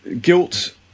guilt